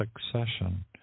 succession